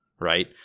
right